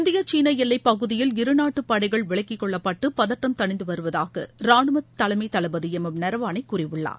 India China எல்லைப் பகுதியில் இருநாட்டு படைகள் விலக்கிக்கொள்ளப்பட்டு பதற்றம் தணிந்து வருவதாக ராணுவ தலைமைத் தளபதி எம் எம் நரவானே கூறியுள்ளார்